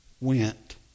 went